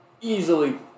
easily